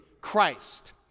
Christ